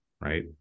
right